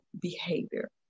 behavior